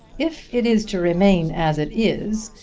if it is to remain as it is,